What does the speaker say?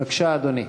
בבקשה, אדוני.